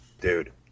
dude